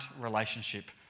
relationship